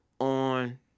on